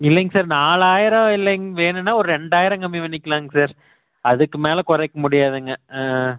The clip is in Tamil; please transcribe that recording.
இல்லைங்க சார் நாலாயிரம் இல்லைங்க வேணுன்னா ஒரு ரெண்டாயிரம் கம்மி பண்ணிக்கலாங்க சார் அதுக்கு மேலே குறைக்க முடியாதுங்க ஆ